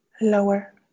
lower